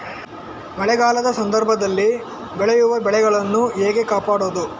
ಮಳೆಗಾಲದ ಸಂದರ್ಭದಲ್ಲಿ ಬೆಳೆಯುವ ಬೆಳೆಗಳನ್ನು ಹೇಗೆ ಕಾಪಾಡೋದು?